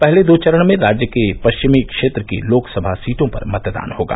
पहले दो चरण में राज्य के पश्चिमी क्षेत्र की लोकसभा सीटों पर मतदान होगा